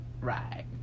right